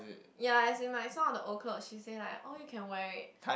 ya as in like some of the old clothes she said like all you can wear it